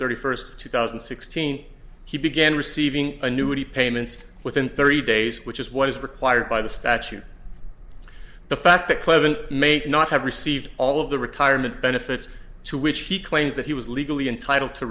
thirty first two thousand and sixteen he began receiving annuity payments within thirty days which is what is required by the statute the fact that clement may not have received all of the retirement benefits to which he claims that he was legally entitled to